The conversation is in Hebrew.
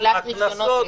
שלילת רישיונות.